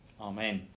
Amen